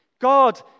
God